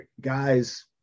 guys